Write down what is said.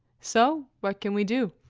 so what can we do?